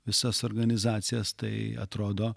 visas organizacijas tai atrodo